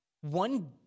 one